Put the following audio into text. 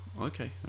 okay